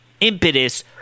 impetus